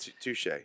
Touche